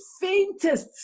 faintest